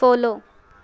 follow